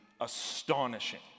astonishing